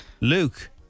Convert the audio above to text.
Luke